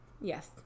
Yes